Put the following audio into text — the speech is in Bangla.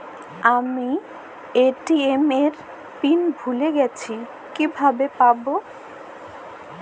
আমি এ.টি.এম এর পিন ভুলে গেছি কিভাবে পাবো?